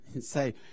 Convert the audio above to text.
Say